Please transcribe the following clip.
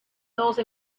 those